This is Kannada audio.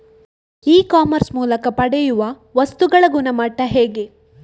ಇ ಕಾಮರ್ಸ್ ಮೂಲಕ ಪಡೆಯುವ ವಸ್ತುಗಳ ಗುಣಮಟ್ಟ ಹೇಗೆ?